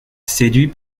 séduit